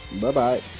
Bye-bye